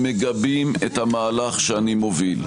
המגבים את המהלך שאני מוביל.